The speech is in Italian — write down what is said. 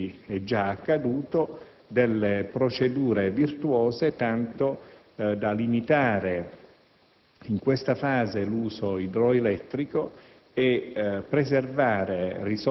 come in effetti è già accaduto, delle procedure virtuose, tanto da limitare in questa fase l'uso idroelettrico